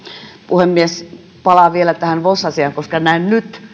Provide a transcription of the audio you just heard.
puhemies palaan vielä tähän vos asiaan koska näen nyt